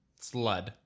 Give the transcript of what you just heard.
Slud